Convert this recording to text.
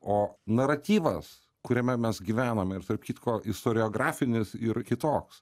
o naratyvas kuriame mes gyvename ir tarp kitko istoriografinis ir kitoks